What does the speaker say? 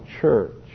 church